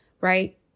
right